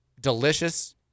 Delicious